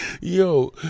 Yo